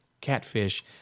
catfish